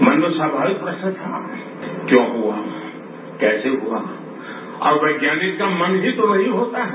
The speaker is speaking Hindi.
मन में स्वमाविक प्रश्न था क्यों हुआ कैसे हुआ और वैज्ञानिक का मन ही तो वही होता है